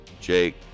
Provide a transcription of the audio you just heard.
jake